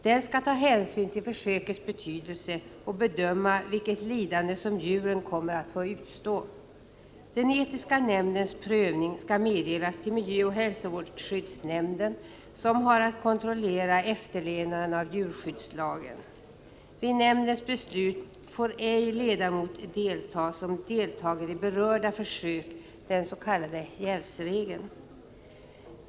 Den skall ta hänsyn till försökets betydelse och bedöma vilket lidande djuret kommer att få utstå. Den etiska nämndens prövning skall meddelas till miljöoch hälsoskyddsnämnden, som har att kontrollera efterlevnaden av djurskyddslagen. Vid nämndens beslut får ej ledamot delta som deltar i berörda försök, vilket fastställts i den s.k. jävsregeln.